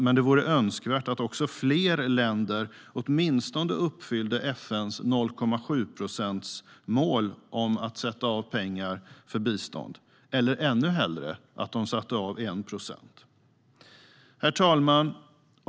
Men det vore önskvärt att fler länder åtminstone uppfyllde FN:s 0,7-procentsmål för avsättning till bistånd eller ännu hellre att de satte av 1 procent. Herr talman!